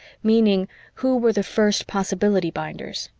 meaning who were the first possibility-binders?